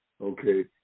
okay